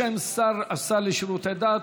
בשם השר לשירותי דת,